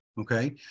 okay